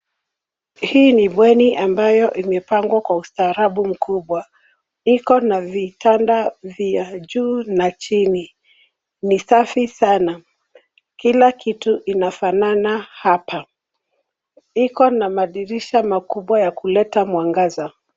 Hii ni bweni ambayo imepangwa kwa ustaarabu mkubwa. Iko na vitanda vya juu na chini, ni safi sana. Kila kitu inafanana hapa. Iko na madirisha makubwa ya kuleta mwangaza.